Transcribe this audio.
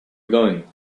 going